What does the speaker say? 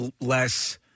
less